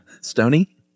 stony